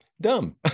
dumb